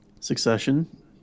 Succession